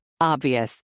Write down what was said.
Obvious